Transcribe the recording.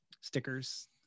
Stickers